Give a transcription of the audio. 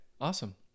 awesome